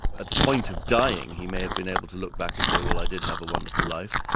at the point of dying he may have been able to look back and say, well i did have a wonderful life,